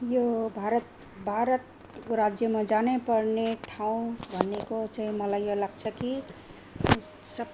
यो भारत भारतको राज्यमा जानै पर्ने ठाउँ भनेको चाहिँ मलाई यो लाग्छ कि